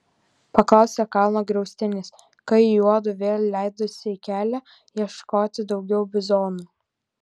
paklausė kalno griaustinis kai juodu vėl leidosi į kelią ieškoti daugiau bizonų